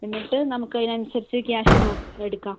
എന്നിട്ട് നമുക്ക് അതിനനുസരിച്ച് ക്യാഷ് എടുക്കാം